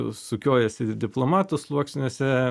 sukiojasi diplomatų sluoksniuose